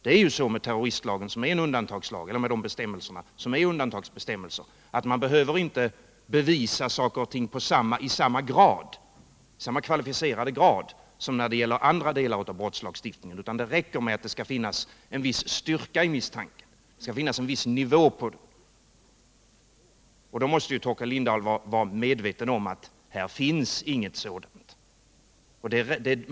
Det är ju så med terroristlagen som är en undantagslag — eller de bestämmelser som är undantagsbestämmelser — att man inte behöver bevisa saker i samma kvalificerade grad som när det gäller andra delar av brottslagstiftningen. Det räcker med att det finns en viss styrka eller nivå i misstanken. Då måste ju Torkel Lindahl vara medveten om att här finns inget sådant.